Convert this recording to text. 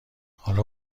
حالا